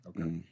Okay